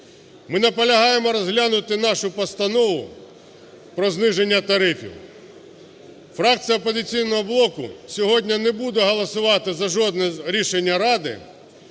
Ми наполягаємо розглянути нашу Постанову про зниження тарифів. Фракція "Опозиційного блоку" сьогодні не буде голосувати за жодне рішення Ради,